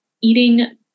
eating